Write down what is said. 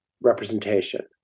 representation